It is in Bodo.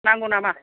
नांगौ नामा